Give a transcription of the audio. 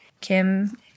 Kim